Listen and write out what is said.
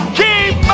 keep